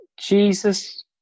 Jesus